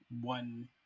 one